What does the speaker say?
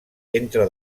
entra